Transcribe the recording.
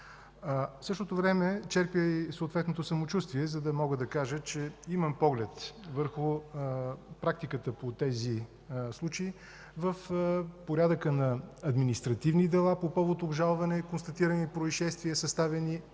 В същото време черпя и съответното самочувствие, за да мога да кажа, че имам поглед върху практиката по тези случаи в порядъка на административни дела по повод обжалване, констатирани произшествия, съставени актове